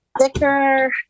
Thicker